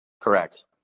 Correct